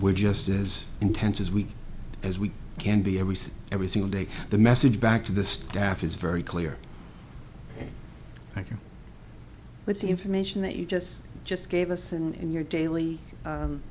we're just as intense as we as we can be everything every single day the message back to the staff is very clear thank you with the information that you just just gave us and in your daily